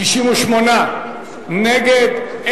68 נגד,